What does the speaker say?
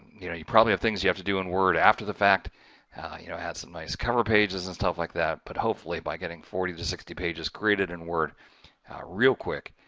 you know you probably have things you have to do in word after the fact. you know had some nice cover pages and stuff like that, but hopefully by getting forty to sixty pages created in word real quick,